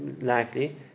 likely